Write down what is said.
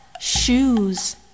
Shoes